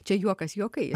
čia juokas juokais